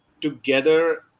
together